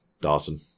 Dawson